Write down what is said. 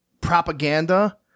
Propaganda